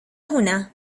هنا